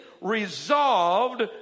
resolved